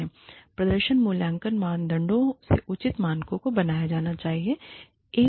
प्रदर्शन मूल्यांकन मानदंडों के उचित मानकों को बनाया जाना चाहिए